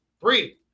Three